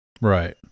Right